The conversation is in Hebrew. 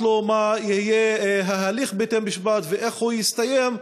לו מה היה בהליך בית-המשפט ואיך הוא הסתיים,